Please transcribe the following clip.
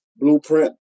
blueprint